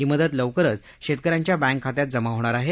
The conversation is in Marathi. ही मदत लवकरच शेतकऱ्यांच्या बँक खात्यात जमा होणार आहे